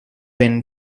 been